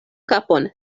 kapon